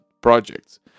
projects